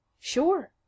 Sure